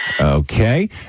Okay